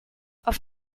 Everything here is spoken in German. auf